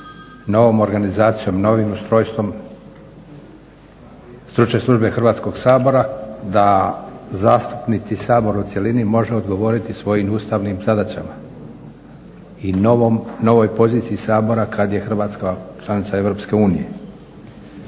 novom organizacijom, novim ustrojstvom stručne službe Hrvatskog sabora, da zastupnici Sabor u cjelini može odgovoriti svojim ustavnim zadaćama. I novoj poziciji Sabora kad je Hrvatska članica Europske unije.